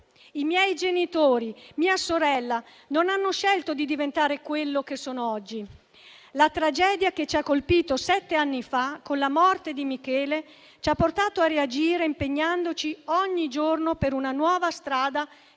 i miei genitori, mia sorella, non hanno scelto di diventare quello che sono oggi. La tragedia che ci ha colpito sette anni fa con la morte di Michele ci ha portato a reagire impegnandoci ogni giorno per una nuova strada